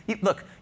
look